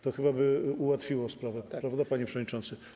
To by chyba ułatwiło sprawę, prawda, panie przewodniczący?